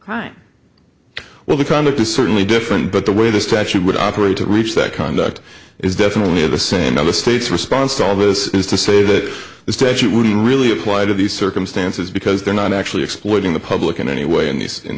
crime well the conduct is certainly different but the way the statute would operate to reach that conduct is definitely the same now the state's response to all of this is to say that the statute wouldn't really apply to these circumstances because they're not actually exploiting the public in any way in these in